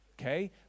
okay